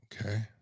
Okay